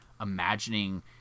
imagining